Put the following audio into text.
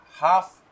half